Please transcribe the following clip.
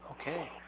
Okay